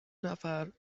نفر